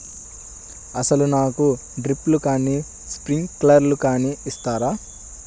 అసలు నాకు డ్రిప్లు కానీ స్ప్రింక్లర్ కానీ ఇస్తారా?